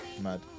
mad